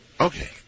Okay